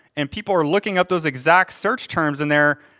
and people are looking up those exact search terms in there,